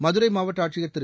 மதுரை மாவட்ட ஆட்சியர் திரு